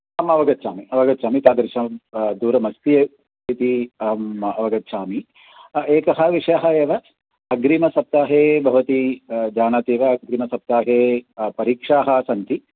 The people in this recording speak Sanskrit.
आम् अवगच्छामि अवगच्छामि तादृशं दूरमस्ति इति अहम् अवगच्छामि एकः विषयः एव अग्रिमसप्ताहे भवती जानाति वा अग्रिमसप्ताहे परीक्षाः सन्ति